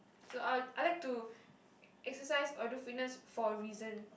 so I I like to exercise or do fitness for a reason